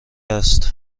است